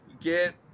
get